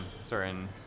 certain